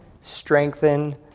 strengthen